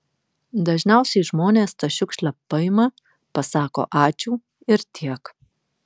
dažniausiai žmonės tą šiukšlę paima pasako ačiū ir tiek